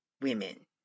women